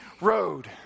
road